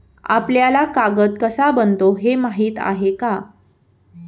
आपल्याला कागद कसा बनतो हे माहीत आहे का?